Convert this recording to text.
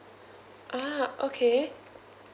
ah okay